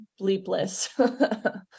bleepless